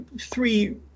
three